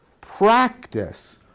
practice